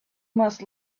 must